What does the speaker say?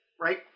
Right